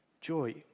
joy